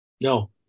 No